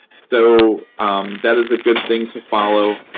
so that is a good thing to follow.